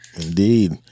Indeed